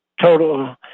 total